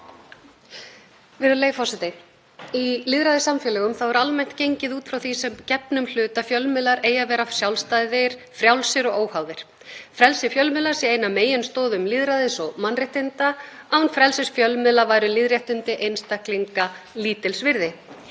Virðulegi forseti. Í lýðræðissamfélögum er almennt gengið út frá því sem gefnum hlut að fjölmiðlar eigi að vera sjálfstæðir, frjálsir og óháðir, frelsi fjölmiðla sé ein af meginstoðum lýðræðis og mannréttinda og án frelsis fjölmiðla væru lýðréttindi einstaklinga lítils virði.